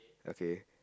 okay